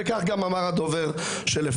וכך גם אמר הדובר שלפניי.